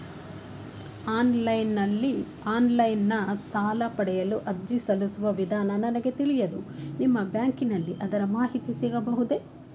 Online ಸಾಲ ಪಡೆಯಲು ಅರ್ಜಿ ಸಲ್ಲಿಸುವ ವಿಧಾನ ನನಗೆ ತಿಳಿಯದು ನಿಮ್ಮ ಬ್ಯಾಂಕಿನಲ್ಲಿ ಅದರ ಮಾಹಿತಿ ಸಿಗಬಹುದೇ?